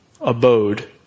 abode